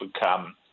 become